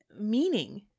meaning